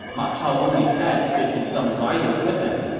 ma chao only had fifty some riders with him.